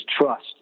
trust